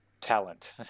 talent